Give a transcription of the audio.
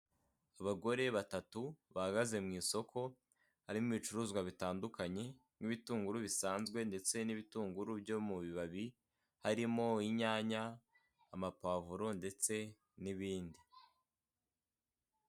Abagore batatu bahagaze mu isoko harimo ibicuruzwa bitandukanye n'ibitunguru bisanzwe ndetse n'ibitunguru bisanzwe byo mu bibabi harimo inyanya amapavuro ndetse n'ibindi .